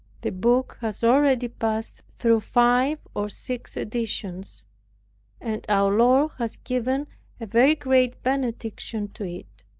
the book has already passed through five or six editions and our lord has given a very great benediction to it.